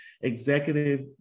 executive